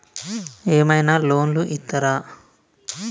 ఏమైనా లోన్లు ఇత్తరా?